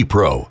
Pro